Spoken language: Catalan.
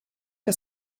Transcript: que